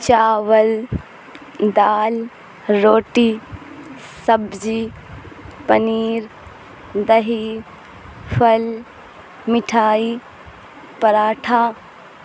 چاول دال روٹی سبزی پنیر دہی پھل مٹھائی پراٹھا